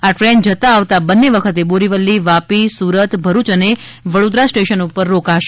આ ટ્રેન જતા આવતા બન્ને વખતે બોરીવલીવાપીસુરતભરુચ અને વડોદરા સ્ટેશન પર રોકાશે